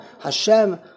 Hashem